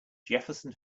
jefferson